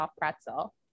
pretzel